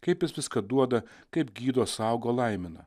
kaip jis viską duoda kaip gydo saugo laimina